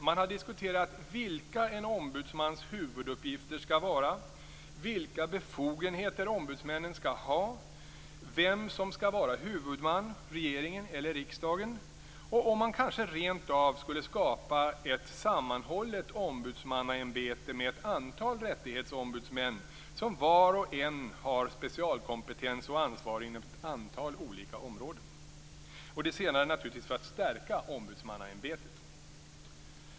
Man har diskuterat vilka en ombudsmans huvuduppgifter ska vara, vilka befogenheter ombudsmännen ska ha, vem som ska vara huvudman - regeringen eller riksdagen - och om man kanske rentav skulle skapa ett sammanhållet ombudsmannaämbete med ett antal rättighetsombudsmän som var och en har specialkompetens och ansvar inom ett antal olika områden, det senare naturligtvis för att stärka ombudsmannaämbetet.